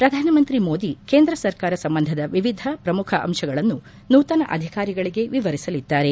ಪ್ರಧಾನಿ ಮೋದಿ ಕೇಂದ್ರ ಸರ್ಕಾರ ಸಂಬಂಧದ ವಿವಿಧ ಪ್ರಮುಖ ಅಂಶಗಳನ್ನು ನೂತನ ಅಧಿಕಾರಿಗಳಿಗೆ ವಿವರಿಸಲಿದ್ದಾರೆ